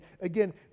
again